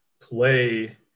play